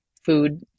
food